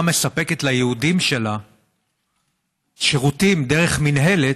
מספקת ליהודים שלה שירותים דרך מינהלת,